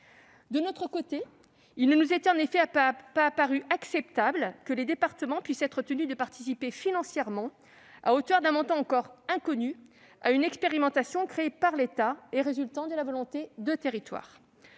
De notre côté, il ne nous avait pas paru acceptable que les départements puissent être tenus de participer financièrement, à hauteur d'un montant encore inconnu, à une expérimentation créée par l'État et résultant de la volonté de territoires.